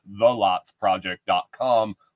thelotsproject.com